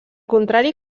contrari